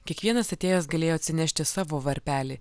kiekvienas atėjęs galėjo atsinešti savo varpelį